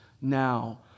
now